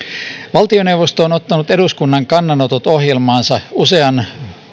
valtioneuvosto on ottanut eduskunnan kannanotot ohjelmaansa usean